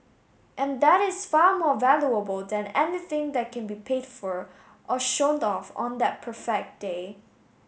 and that is far more valuable than anything that can be paid for or showed off on that perfect day